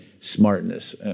smartness